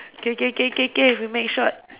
k k k k k we make short